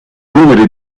numeri